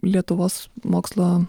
lietuvos mokslo